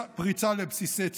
פריצה לבסיסי צה"ל,